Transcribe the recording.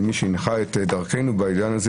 למי שהנחה את דרכנו בעניין הזה,